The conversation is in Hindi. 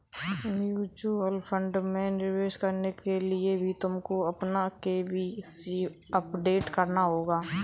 म्यूचुअल फंड में निवेश करने के लिए भी तुमको अपना के.वाई.सी अपडेट कराना होगा